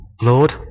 Lord